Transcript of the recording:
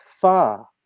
far